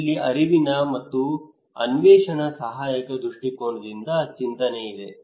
ಇಲ್ಲಿ ಅರಿವಿನ ಮತ್ತು ಅನ್ವೇಷಣ ಸಹಾಯಕ ದೃಷ್ಟಿಕೋನದಿಂದ ಚಿಂತನೆ ಇದೆ